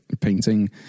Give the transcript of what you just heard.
painting